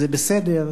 זה בסדר.